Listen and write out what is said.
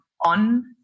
on